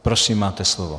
Prosím, máte slovo.